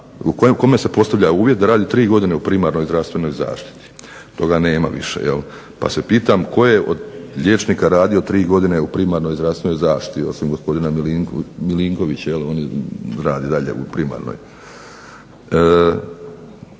kome se postavlja uvjet da radi 3 godine u primarnoj zdravstvenoj zaštiti. Toga nema više. Pa se pitam tko je od liječnika radio 3 godine u primarnoj zdravstvenoj zaštiti osim gospodina Milinkovića, on radi i dalje u primarnoj.